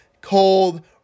cold